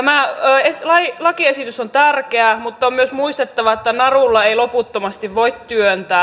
tämä lakiesitys on tärkeä mutta on myös muistettava että narulla ei loputtomasti voi työntää